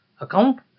account